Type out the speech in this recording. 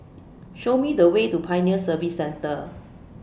Show Me The Way to Pioneer Service Centre